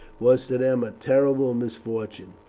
was to them a terrible misfortune.